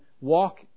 walk